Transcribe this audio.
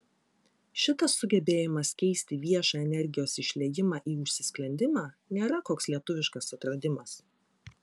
šitas sugebėjimas keisti viešą energijos išliejimą į užsisklendimą nėra koks lietuviškas atradimas